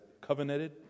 covenanted